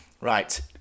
Right